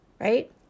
right